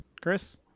Chris